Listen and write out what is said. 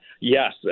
Yes